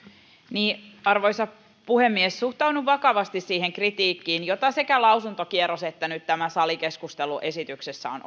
arvoisa puhemies suhtaudun vakavasti siihen kritiikkiin jota sekä lausuntokierros että nyt tämä salikeskustelu esityksestä ovat